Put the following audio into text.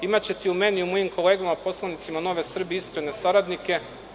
Imaćete u meni i u mojim kolegama poslanicima Nove Srbije iskrene saradnike.